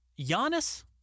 Giannis